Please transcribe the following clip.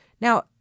Now